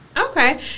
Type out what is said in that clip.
Okay